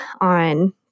on